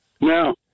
No